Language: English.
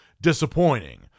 disappointing